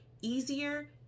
easier